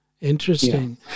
Interesting